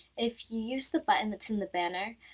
if you use the button that's in the banner,